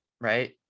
right